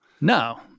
No